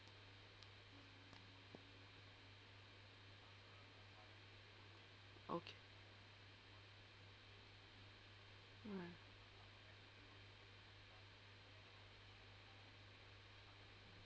okay mm